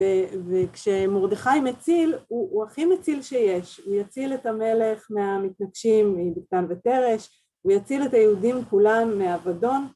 וכשמרדכי מציל, הוא הכי מציל שיש, הוא יציל את המלך מהמתנגשים בגתן ותרש, הוא יציל את היהודים כולם מאבדון.